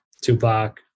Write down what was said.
Tupac